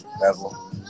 level